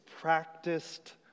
practiced